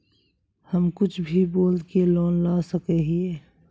हम कुछ भी बोल के लोन ला सके हिये?